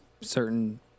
certain